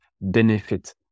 benefit